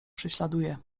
prześladuje